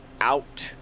out